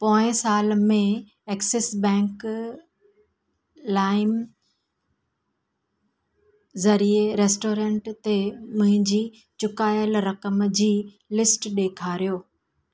पोएं साल में एक्सिस बैंक लाइम ज़रिए रेस्टोरेंट ते मुंहिंजी चुकायल रक़म जी लिस्ट ॾेखारियो